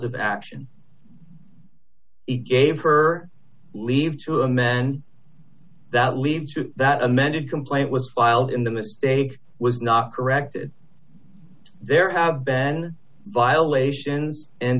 of action he gave her leave to amend that leave that amended complaint was filed in the mistake was not corrected there have been violations and